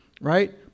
right